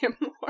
more